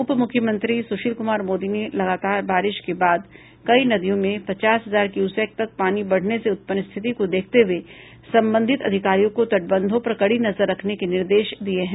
उपमुख्यमंत्री सुशील कुमार मोदी ने लगातार बारिश के बाद कई नदियों में पचास हजार क्यूसेक तक पानी बढ़ने से उत्पन्न स्थिति को देखते हुए संबंधित अधिकारियों को तटबंधों पर कड़ी नजर रखने के निर्देश दिये हैं